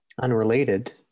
unrelated